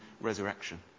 resurrection